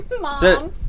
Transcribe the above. Mom